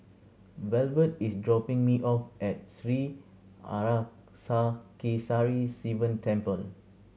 Velvet is dropping me off at Sri Arasakesari Sivan Temple